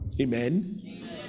Amen